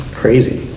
crazy